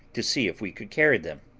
to see if we could carry them.